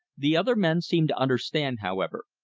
the other men seemed to understand, however,